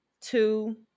two